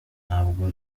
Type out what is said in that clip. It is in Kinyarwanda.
ntabwo